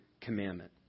commandment